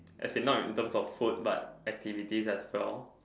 as in not in turn of food like activity as well